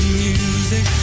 music